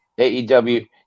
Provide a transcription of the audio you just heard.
aew